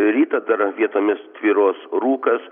rytą dar vietomis tvyros rūkas